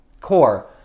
core